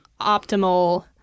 optimal